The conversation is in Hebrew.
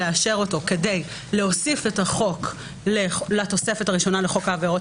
לאשר אותו כדי להוסיף את החוק לתוספת הראשונה לחוק העבירות